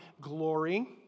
glory